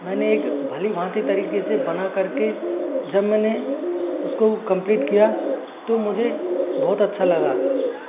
मैंने एक भली भांती तरीके से बनाकर के जब मैंने उसको कम्प्लीट किया तो मुझे बहुत अच्छा लगा